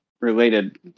related